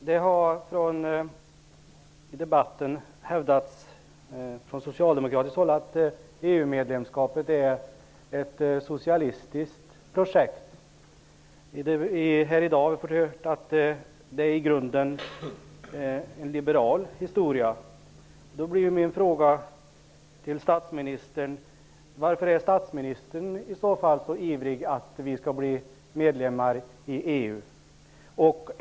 Fru talman! Det har i debatten från socialdemokratiskt håll hävdats att EU medlemskapet är ett socialistiskt projekt. I dag har vi hört att det i grunden är en liberal historia. Då blir min fråga till statsministern: Varför är statsministern i så fall så ivrig att vi skall bli medlemmar i EU?